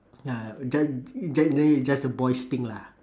ya just is just a boys' thing lah